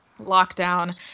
lockdown